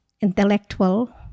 intellectual